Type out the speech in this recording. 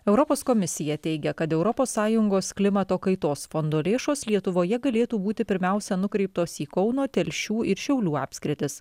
europos komisija teigia kad europos sąjungos klimato kaitos fondo lėšos lietuvoje galėtų būti pirmiausia nukreiptos į kauno telšių ir šiaulių apskritis